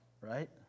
right